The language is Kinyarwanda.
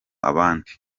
abandi